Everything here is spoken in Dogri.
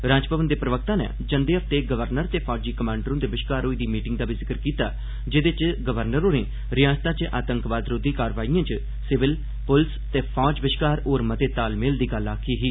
राजभवन दे प्रवक्ता नै जंदे हफ्ते गवर्नर ते फौजी कमांडर हुंदे बश्कार होई दी मीटिंग दा बी जिक्र कीता जेह्दे च गवर्नर होरें रिआसता च आतंकवाद रोधी कार्रवाईए च सिविल पुलिस ते फौज बश्कार होर मते तालमेल दी गल्ल आखी ही